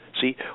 See